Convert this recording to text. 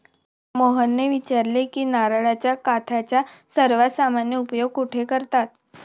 मोहनने विचारले की नारळाच्या काथ्याचा सर्वात सामान्य उपयोग कुठे करतात?